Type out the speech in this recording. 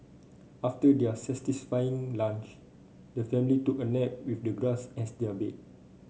after their lunch the family took a nap with the grass as their bed